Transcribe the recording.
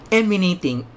emanating